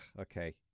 okay